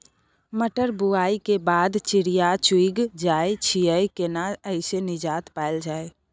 मटर बुआई के बाद चिड़िया चुइग जाय छियै केना ऐसे निजात पायल जाय?